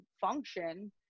function